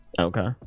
Okay